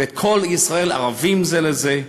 ואת "כל ישראל ערבים זה לזה",